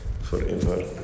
forever